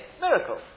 miracle